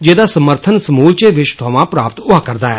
जेह्दा समर्थन समूलचें विष्व थमां प्राप्त होआ करदा ऐ